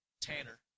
tanner